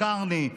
קרני,